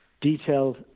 detailed